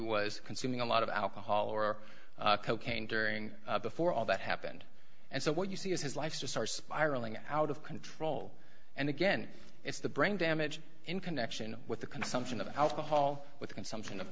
was consuming a lot of alcohol or cocaine during before all that happened and so what you see is his life to start spiraling out of control and again it's the brain damage in connection with the consumption of alcohol with consumption of